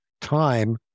time